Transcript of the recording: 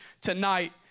tonight